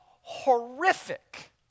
horrific